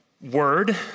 word